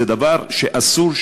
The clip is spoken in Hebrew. זה דבר שאסור,